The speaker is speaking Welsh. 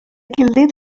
gilydd